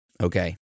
Okay